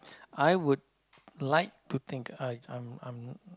I would like to think I I'm I'm